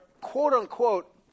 quote-unquote